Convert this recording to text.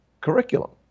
curriculum